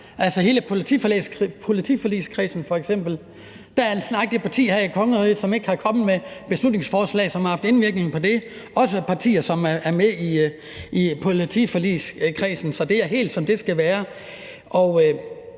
om hele politiforligskredsen, er der snart ikke det parti her i kongeriget, som ikke er kommet med et beslutningsforslag, som har haft en indvirkning på det, også partier, som er med i politiforligskredsen. Så det er helt, som det skal være, og